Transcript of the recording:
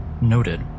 noted